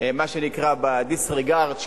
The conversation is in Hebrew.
מה שנקרא ב-disregard,